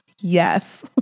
Yes